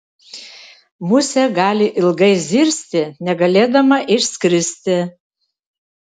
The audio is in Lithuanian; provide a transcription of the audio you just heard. musė gali ilgai zirzti negalėdama išskristi